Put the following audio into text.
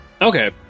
Okay